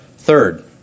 Third